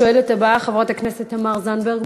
השואלת הבאה, חברת הכנסת תמר זנדברג,